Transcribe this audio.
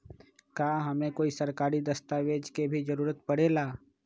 का हमे कोई सरकारी दस्तावेज के भी जरूरत परे ला?